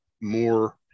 more –